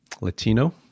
Latino